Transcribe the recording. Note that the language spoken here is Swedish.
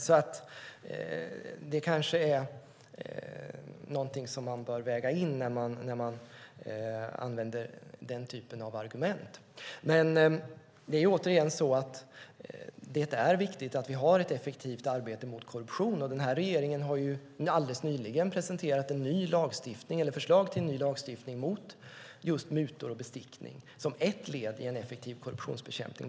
Det är kanske något som man bör väga in när man använder den typen av argument. Låt mig återigen säga att det är viktigt att vi har ett effektivt arbete mot korruption. Den här regeringen har alldeles nyligen presenterat förslag till ny lagstiftning mot just mutor och bestickning som ett led i en effektiv korruptionsbekämpning.